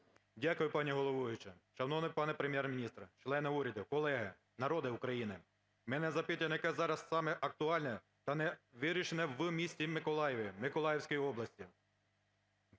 Дякую, пані головуюча. Шановний пане Прем’єр-міністре, члени уряду, колеги, народе України! В мене запитання, яке зараз саме актуальне та не вирішене в місті Миколаєві, Миколаївській області,